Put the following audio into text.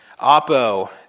Apo